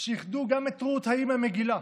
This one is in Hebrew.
שייחדו גם את רות ההיא מהמגילה,